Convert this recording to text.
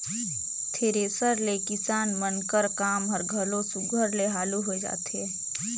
thresher ले किसान मन कर काम हर घलो सुग्घर ले हालु होए जाथे